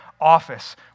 office